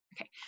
Okay